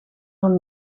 van